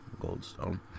Goldstone